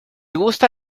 gusta